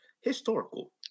historical